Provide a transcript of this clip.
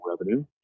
revenue